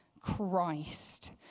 Christ